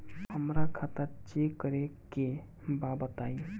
हमरा खाता चेक करे के बा बताई?